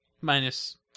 minus